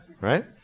right